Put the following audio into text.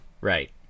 Right